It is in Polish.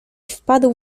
wpadł